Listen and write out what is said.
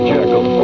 Jekyll